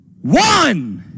one